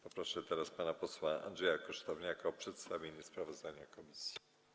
Poproszę teraz pana posła Andrzeja Kosztowniaka o przedstawienie sprawozdania komisji.